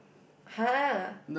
[huh]